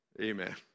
Amen